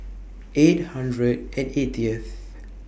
eight hundred and eightieth